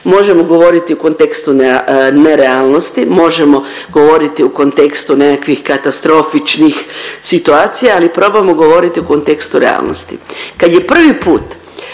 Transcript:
možemo govoriti u kontekstu nerealnosti, možemo govoriti u kontekstu nekakvih katastrofičnih situacija ali probajmo govoriti u kontekstu realnosti. Kad je prvi put